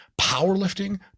powerlifting